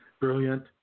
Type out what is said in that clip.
Brilliant